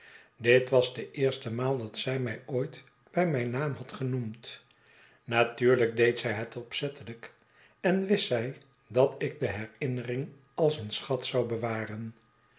dit was de eerste maal dat zij mij ooit bij mijn naam had genoemd natuurlijk deed zij het opzettelijk en wist zij dat ik de herinnering als een schat zou bewaren